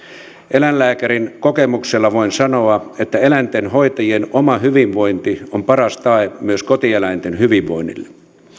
eläinlääkärin kokemuksella voin sanoa että eläintenhoitajien oma hyvinvointi on paras tae myös kotieläinten hyvinvoinnille